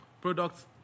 products